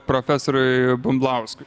profesoriui bumblauskui